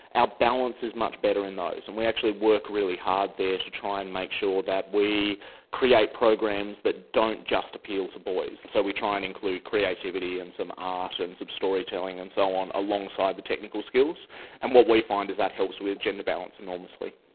ah balance is much better in those and we actually work really hard there to try and make sure that we create programs that don't just appeal to boys. so we try and include creativity and some art and some storytelling and so on alongside the technical skills and what we find is that helps with gender balance enormously.